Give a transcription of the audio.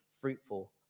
fruitful